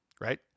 right